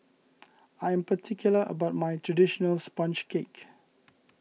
I am particular about my Traditional Sponge Cake